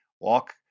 walk